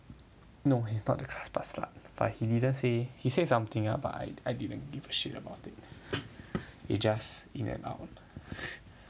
no he's not the class part slut but he didn't say he said something ah but I I didn't give a shit about it it just in and out